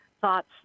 thoughts